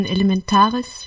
Elementares